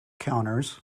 counters